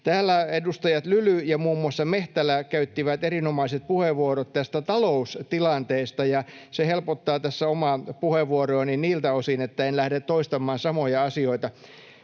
Täällä edustajat Lyly ja muun muassa Mehtälä käyttivät erinomaiset puheenvuorot tästä taloustilanteesta. Se helpottaa tässä omaa puheenvuoroani niiltä osin, niin että en lähde toistamaan samoja asioita.